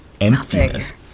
emptiness